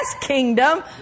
kingdom